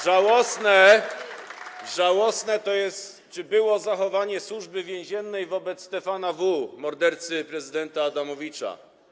Żałosne jest czy było zachowanie służby więziennej wobec Stefana W., mordercy prezydenta Adamowicza.